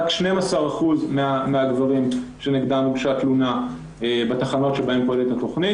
רק 12% מהגברים שנגדם הוגשה תלונה בתחנות בהם פועלת התכנית.